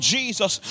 Jesus